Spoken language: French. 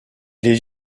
les